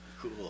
cool